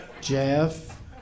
Jeff